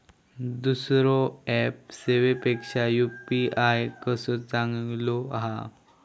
दुसरो ऍप सेवेपेक्षा यू.पी.आय कसो चांगलो हा?